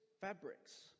fabrics